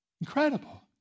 Incredible